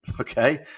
okay